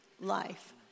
life